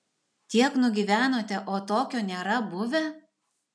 tiek nugyvenote o tokio nėra buvę